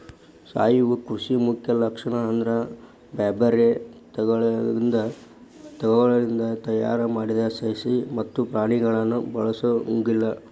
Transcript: ಸಾವಯವ ಕೃಷಿ ಮುಖ್ಯ ಲಕ್ಷಣ ಅಂದ್ರ ಬ್ಯಾರ್ಬ್ಯಾರೇ ತಳಿಗಳಿಂದ ತಯಾರ್ ಮಾಡಿದ ಸಸಿ ಮತ್ತ ಪ್ರಾಣಿಗಳನ್ನ ಬಳಸೊಂಗಿಲ್ಲ